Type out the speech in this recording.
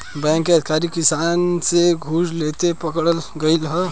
bank के अधिकारी किसान से घूस लेते पकड़ल गइल ह